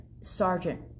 Sergeant